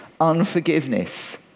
unforgiveness